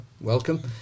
Welcome